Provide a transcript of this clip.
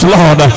Lord